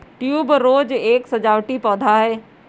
tuberose एक सजावटी पौधा है